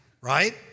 right